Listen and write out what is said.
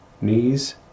knees